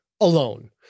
alone